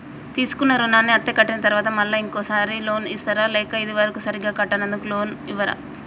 తీసుకున్న రుణాన్ని అత్తే కట్టిన తరువాత మళ్ళా ఇంకో సారి లోన్ ఇస్తారా లేక ఇది వరకు సరిగ్గా లోన్ కట్టనందుకు ఇవ్వరా?